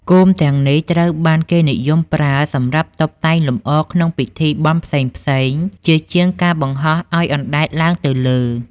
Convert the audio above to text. គោមទាំងនេះត្រូវបានគេនិយមប្រើសម្រាប់តុបតែងលម្អក្នុងពិធីបុណ្យផ្សេងៗជាជាងការបង្ហោះឲ្យអណ្តែតឡើងទៅលើ។